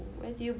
oh you